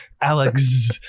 Alex